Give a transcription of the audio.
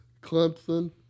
Clemson